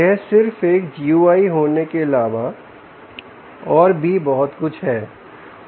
यह सिर्फ एक जीयूआई होने के अलावा और भी बहुत कुछ है